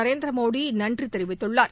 நரேந்திர மோடி நன்றி தெரிவித்துள்ளார்